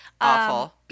Awful